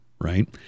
right